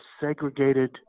segregated